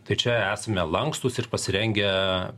tai čia esame lankstūs ir pasirengę